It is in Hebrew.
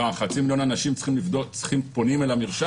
מה, חצי מיליון אנשים פונים אל המרשם?